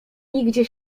nigdzie